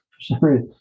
sorry